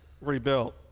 rebuilt